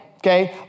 Okay